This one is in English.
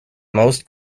most